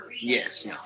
Yes